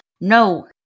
no